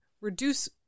reduce